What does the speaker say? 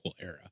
era